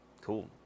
Cool